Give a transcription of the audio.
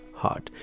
heart